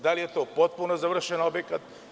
Da li je to potpuno završen objekat?